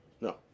No